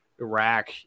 iraq